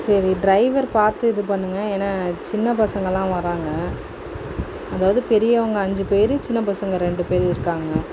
சரி ட்ரைவர் பார்த்து இது பண்ணுங்கள் ஏன்னா சின்ன பசங்களாம் வராங்க அதாவது பெரியவங்க அஞ்சு பேர் சின்ன பசங்க ரெண்டு பேர் இருக்காங்க